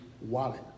wallet